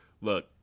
look